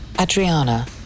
Adriana